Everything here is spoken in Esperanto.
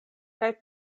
kaj